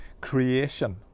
creation